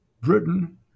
Britain